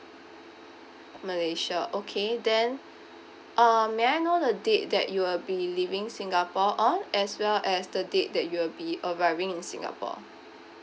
malaysia okay then uh may I know the date that you'll be leaving singapore on as well as the date that you'll be arriving in singapore